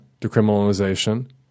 decriminalization